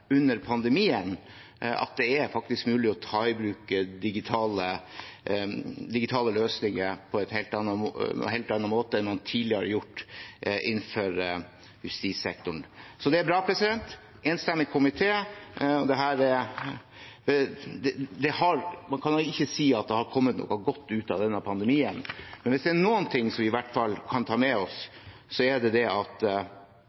under pandemien, at det faktisk er mulig å ta i bruk digitale løsninger på en helt annen måte enn man tidligere har gjort innenfor justissektoren. Så det er bra – det er altså en enstemmig komité. Man kan jo ikke si at det har kommet noe godt ut av denne pandemien, men hvis det er noe vi kan ta med